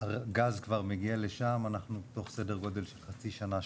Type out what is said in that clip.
הגז כבר מגיע לשם ואנחנו סדר גודל של חצי שנה,